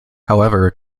however